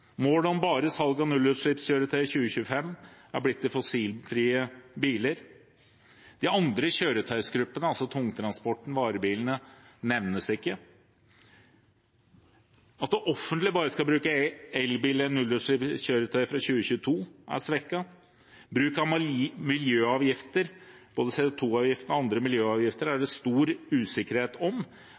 Målet om bare salg av nullutslippskjøretøy i 2025 er blitt til fossilfrie biler. De andre kjøretøygruppene – tungtransporten, varebilene – nevnes ikke. At det offentlige bare skal bruke elbiler eller nullutslippskjøretøy fra 2022, er svekket. Bruk av miljøavgifter, både CO 2 -avgiften og andre miljøavgifter, er det stor usikkerhet om,